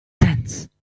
sense